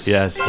Yes